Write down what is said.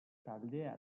taldea